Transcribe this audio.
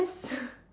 it's just